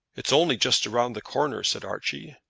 it is only just round the corner, said archie.